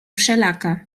wszelaka